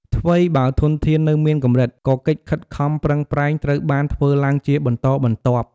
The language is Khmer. ថ្វីបើធនធាននៅមានកម្រិត ក៏កិច្ចខិតខំប្រឹងប្រែងត្រូវបានធ្វើឡើងជាបន្តបន្ទាប់។